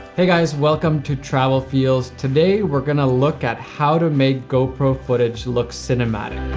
hey, guys, welcome to travel feels. today we're gonna look at how to make go pro footage look cinematic.